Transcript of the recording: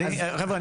חבר'ה,